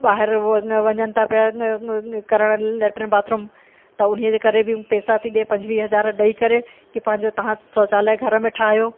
ॿाहिरि उ न वञनि था पिया करण लैट्रिन बाथरूम त उन्हीअ जे करे बि पैसा थी ॾिए पंजवीह हज़ार ॾई करे की पंहिंजो तव्हां शोचालय घर में ठाहियो